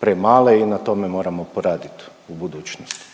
premale i na tome moram poradit u budućnosti.